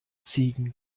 ziegen